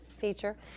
feature